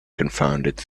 confounded